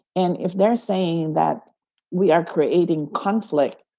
and if they're saying that we are creating conflict,